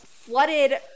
flooded